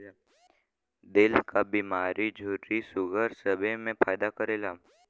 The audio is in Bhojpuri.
दिल क बीमारी झुर्री सूगर सबे मे फायदा करेला